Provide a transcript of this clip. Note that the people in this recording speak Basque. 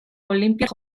olinpiar